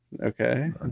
okay